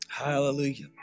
Hallelujah